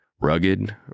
rugged